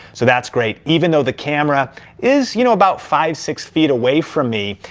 so that's great, even though the camera is, you know, about five, six feet away from me.